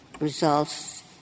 results